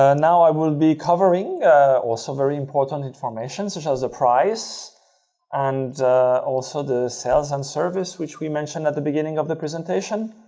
ah now, i will be covering also very important information such as the price and also the sales and service which we mentioned at the beginning of the presentation,